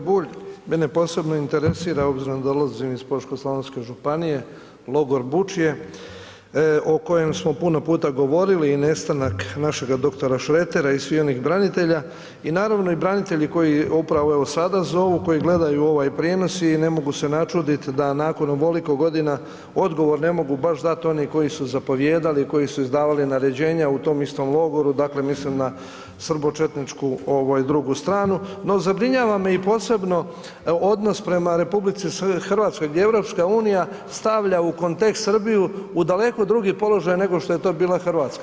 Kolega Bulj, mene posebno interesira obzirom da dolazim iz Požeško-slavonske županije, logor Bučje o kojem smo puno puta govorili i nestanak našega dr. Šretera i svih onih branitelja i naravno i branitelji koji upravo evo sada zovu, koji gledaju ovaj prijenos i ne mogu se načudit da nakon ovoliko godina, odgovor ne mogu baš dat oni koji su zapovijedali, koji su izdavali naređenja u tom isto logoru, dakle mislim na srbočetničku drugu stranu no zabrinjava me i posebno odnos prema RH gdje EU stavlja u kontekst Srbiju u daleko drugi položaj nego što je to bila Hrvatska.